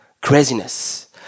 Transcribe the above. craziness